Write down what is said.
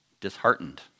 disheartened